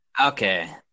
Okay